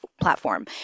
platform